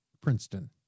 Princeton